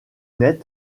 net